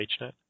HNET